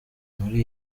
muri